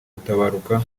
mutabaruka